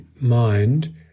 mind